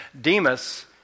Demas